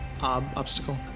Obstacle